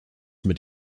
mit